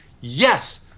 Yes